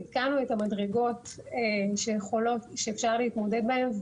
עדכנו את המדרגות שאפשר להתמודד בהן,